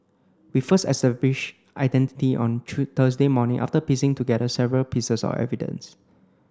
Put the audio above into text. we first established identity on Thursday morning after piecing together several pieces of evidence